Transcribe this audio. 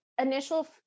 initial